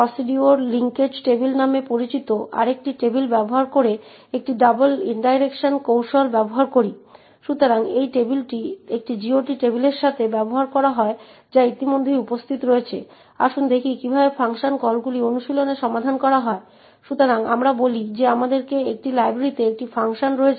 তাই আমরা এই ব্যবহারকারীর স্ট্রিংটি পরিবর্তন করতে যাচ্ছি যাতে s এর মান 0 না হয় বা আমরা s এর মানকে ভিন্ন কিছুতে পরিবর্তন করার চেষ্টা করব